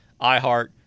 iHeart